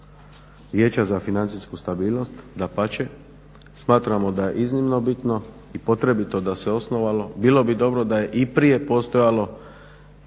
Vijeća za financijsku stabilnost, dapače smatramo da je iznimno bitno i potrebito da se osnovalo. Bilo bi dobro da je i prije postojalo